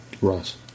Ross